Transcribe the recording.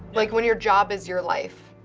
like when your job is your life,